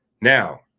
Now